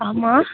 ஆமாம்